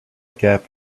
gap